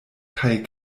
kaj